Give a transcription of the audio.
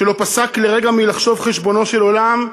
שלא פסק לרגע מלחשב חשבונו של עולם: